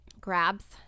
grabs